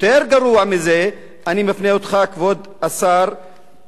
יותר גרוע מזה כבוד השר,